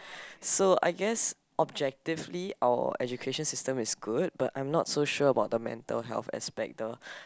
so I just objectively our education system is good but I'm so sure about the mental aspect the